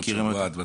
עוד שבוע עד מתי?